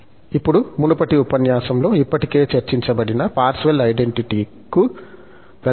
ఇప్పుడు మునుపటి ఉపన్యాసంలో ఇప్పటికే చర్చించబడిన పార్సెవల్ ఐడెంటిటీ కు వెల్దాము